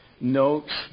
notes